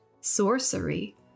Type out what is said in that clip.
sorcery